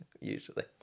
Usually